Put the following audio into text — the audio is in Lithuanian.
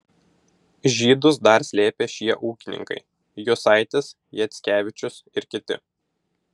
žydus dar slėpė šie ūkininkai jusaitis jackevičius ir kiti